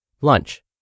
Lunch